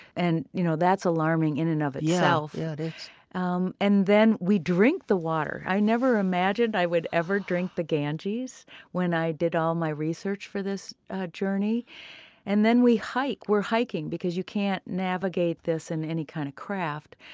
and you know that's alarming in and of itself. yeah um and then we drink the water. i never imagined i would ever drink the ganges when i did all my research for this journey and then, we hike. we're hiking because you can't navigate this in any kind of craft.